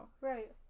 Right